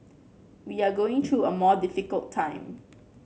we are going through a more difficult time